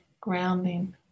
grounding